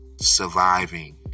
surviving